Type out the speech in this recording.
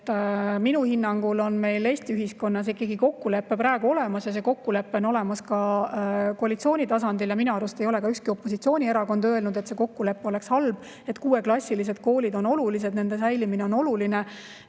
minu hinnangul on meil Eesti ühiskonnas ikkagi kokkulepe praegu olemas, ja see kokkulepe on olemas ka koalitsiooni tasandil. Minu arust ei ole ka ükski opositsioonierakond öelnud, et see kokkulepe oleks halb. Kuueklassilised koolid on olulised, nende säilimine on oluline.